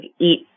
eat